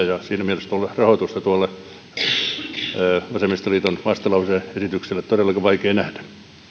ja siinä mielessä rahoitusta tuolle vasemmistoliiton vastalause esitykselle todellakin on vaikea nähdä